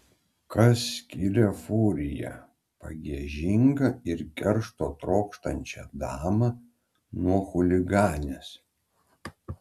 kas skiria furiją pagiežingą ir keršto trokštančią damą nuo chuliganės